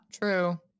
True